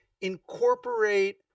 incorporate